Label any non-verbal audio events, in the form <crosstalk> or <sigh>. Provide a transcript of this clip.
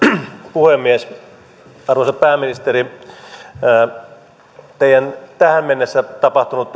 puhemies arvoisa pääministeri teidän tähän mennessä tapahtunut <unintelligible>